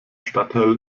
stadtteil